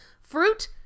Fruit